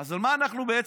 אז על מה אנחנו בעצם